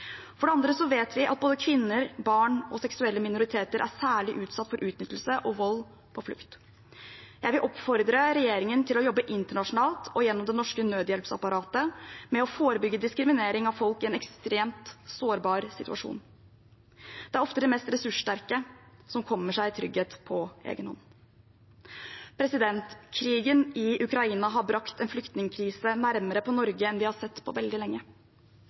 For det andre vet vi at både kvinner, barn og seksuelle minoriteter er særlig utsatt for utnyttelse og vold på flukt. Jeg vil oppfordre regjeringen til å jobbe internasjonalt og gjennom det norske nødhjelpsapparatet med å forebygge diskriminering av folk i en ekstremt sårbar situasjon. Det er ofte de mest ressurssterke som kommer seg i trygghet på egenhånd. Krigen i Ukraina har brakt en flyktningkrise nærmere Norge enn vi har sett på veldig lenge,